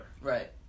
Right